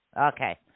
Okay